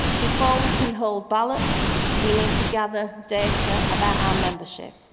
before we can hold ballots, we need to gather data about our membership.